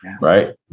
right